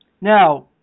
now